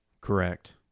Correct